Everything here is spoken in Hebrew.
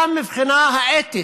גם מהבחינה האתית,